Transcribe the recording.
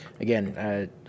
Again